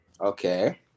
Okay